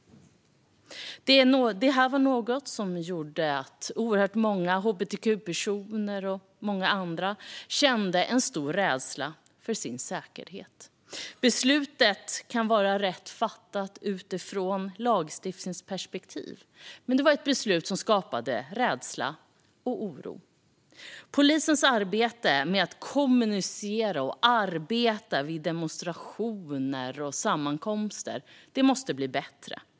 Detta var något som gjorde att oerhört många hbtq-personer, och många andra, kände en stor rädsla för sin säkerhet. Beslutet kan vara rätt fattat utifrån ett lagstiftningsperspektiv, men det skapade rädsla och oro. Polisens arbete med att kommunicera och arbeta vid demonstrationer och sammankomster måste bli bättre.